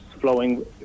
flowing